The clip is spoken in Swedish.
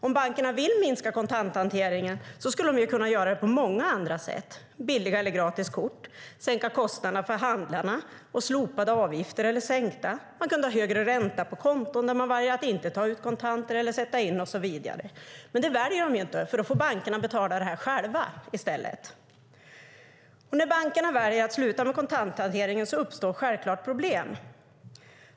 Om bankerna vill minska kontanthanteringen skulle de kunna göra det på många andra sätt, till exempel genom att ha billiga eller gratis kort, sänka kostnaderna för handlarna, slopa eller sänka avgifterna, erbjuda högre ränta på konton om man väljer att inte ta ut eller sätta in kontanter och så vidare. Men det väljer de inte, för då får de betala själva. När bankerna väljer att sluta med kontanthanteringen uppstår självklart problem.